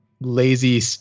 lazy